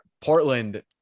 portland